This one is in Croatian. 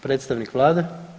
Predstavnik Vlade?